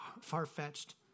far-fetched